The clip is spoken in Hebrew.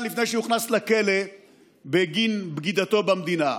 לפני שהוכנס לכלא בגין בגידתו במדינה.